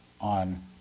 on